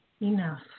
enough